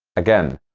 again,